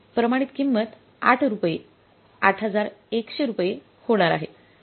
प्रमाणित किंमत 8 रुपये 8100 रुपये होणार आहे